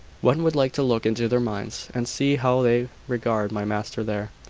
one would like to look into their minds, and see how they regard my master there.